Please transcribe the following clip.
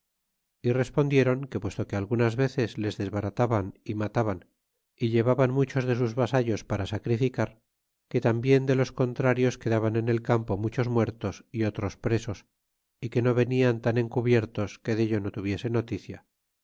y respondieron que puesto que algunas veces les desbarataban y mataban y llevaban muchos de sus vasallos para sacrificar que tambien de los contrarios quedaban en el campo muchos muertos y otros presos y que no venian tan encubiertos quedello no tuviese noticia